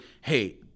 hey